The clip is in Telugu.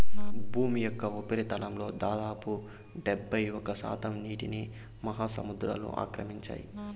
భూమి యొక్క ఉపరితలంలో దాదాపు డెబ్బైఒక్క శాతం నీటిని మహాసముద్రాలు ఆక్రమించాయి